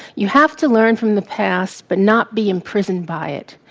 you have to learn from the past but not be imprisoned by it.